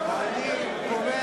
מהאולם.